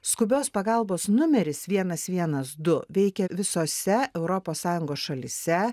skubios pagalbos numeris vienas vienas du veikia visose europos sąjungos šalyse